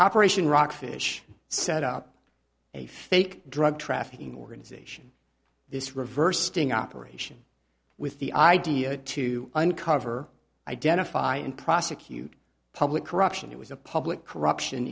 operation rockfish set up a fake drug trafficking organization this reverse sting operation with the idea to uncover identify and prosecute public corruption it was a public corruption